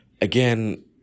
Again